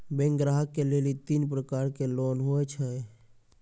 Bank ग्राहक के लेली तीन प्रकर के लोन हुए छै?